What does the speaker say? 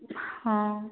ହଁ